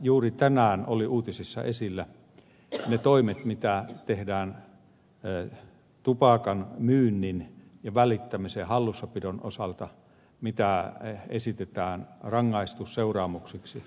juuri tänään olivat uutisissa esillä ne toimet mitä tehdään tupakan myynnin ja välittämisen hallussapidon osalta mitä esitetään rangaistusseuraamukseksi